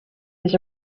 was